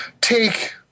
take